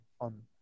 on